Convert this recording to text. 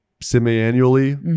semi-annually